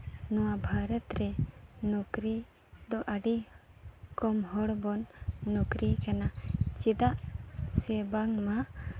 ᱱᱚᱣᱟ ᱵᱷᱟᱨᱚᱛ ᱨᱮ ᱱᱩᱠᱨᱤ ᱫᱚ ᱟᱹᱰᱤ ᱠᱚᱢ ᱦᱚᱲ ᱵᱚᱱ ᱱᱩᱠᱨᱤ ᱠᱟᱱᱟ ᱪᱮᱫᱟᱜ ᱥᱮ ᱵᱟᱝᱢᱟ